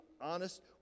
honest